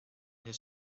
his